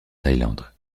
thaïlande